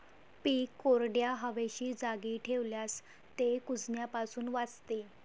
पीक कोरड्या, हवेशीर जागी ठेवल्यास ते कुजण्यापासून वाचते